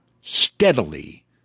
steadily